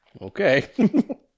Okay